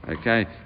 Okay